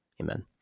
Amen